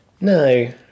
No